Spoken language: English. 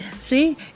See